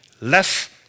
less